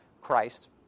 Christ